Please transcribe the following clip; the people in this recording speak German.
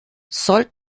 sollen